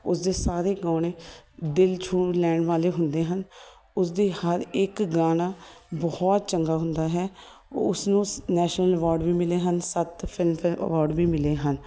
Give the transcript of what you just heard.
ਉਸ ਦੇ ਸਾਰੇ ਗਾਣੇ ਦਿਲ ਛੂਹ ਲੈਣ ਵਾਲੇ ਹੁੰਦੇ ਹਨ ਉਸਦੀ ਹਰ ਇੱਕ ਗਾਣਾ ਬਹੁਤ ਚੰਗਾ ਹੁੰਦਾ ਹੈ ਉਸਨੂੰ ਨੈਸ਼ਨਲ ਅਵਾਰਡ ਵੀ ਮਿਲੇ ਹਨ ਸੱਤ ਫਿਲਮਫੇਅਰ ਅਵਾਰਡ ਵੀ ਮਿਲੇ ਹਨ